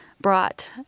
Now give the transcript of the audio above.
brought